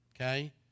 okay